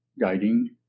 guiding